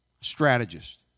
strategist